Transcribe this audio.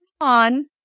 on